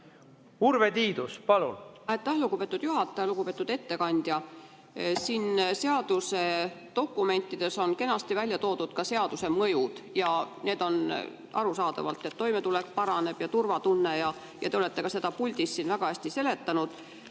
Urve Tiidus, palun!